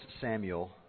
Samuel